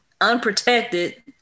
unprotected